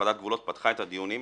ועדת הגבולות פתחה את הדיונים,